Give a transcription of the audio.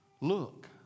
look